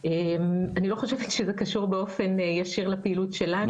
אני לא חושבת שזה קשור באופן ישיר לפעילות שלנו,